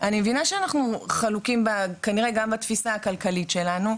אני מבינה שאנחנו חלוקים כנראה גם בתפיסה הכלכלית שלנו,